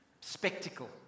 spectacle